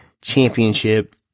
championship